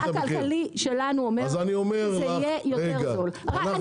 הכלכלי שלנו אומר שזה יהיה יותר זול --- אם